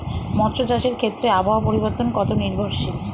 মৎস্য চাষের ক্ষেত্রে আবহাওয়া পরিবর্তন কত নির্ভরশীল?